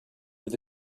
with